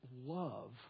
love